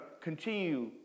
continue